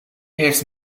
heeft